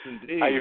indeed